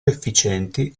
efficienti